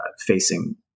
facing